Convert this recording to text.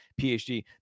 PhD